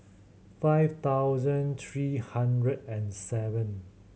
five thousand three hundred and seven